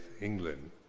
England